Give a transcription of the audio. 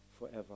forever